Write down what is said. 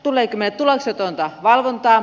tuleeko meille tuloksetonta valvontaa